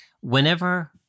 whenever